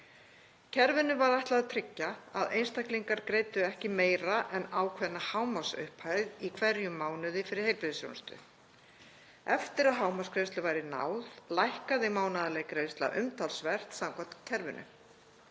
Kerfinu var ætlað að tryggja að einstaklingar greiddu ekki meira en ákveðna hámarksupphæð í hverjum mánuði fyrir heilbrigðisþjónustu. Eftir að hámarksgreiðslu væri náð lækkaði mánaðarleg greiðsla umtalsvert samkvæmt kerfinu.